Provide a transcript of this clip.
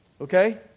okay